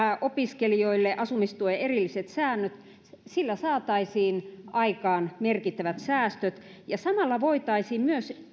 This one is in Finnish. opiskelijoille asumistuen erilliset säännöt sillä saataisiin aikaan merkittävät säästöt ja samalla voitaisiin